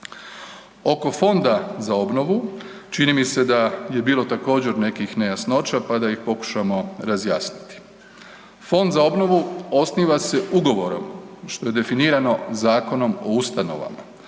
Oko Fonda za obnovu, čini mi se da je bilo također nekih nejasnoća pa da ih pokušamo razjasniti. Fond za obnovu osniva se ugovorom što je definirano Zakonom o ustanovama.